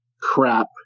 crap